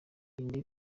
irinde